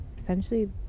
essentially